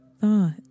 thought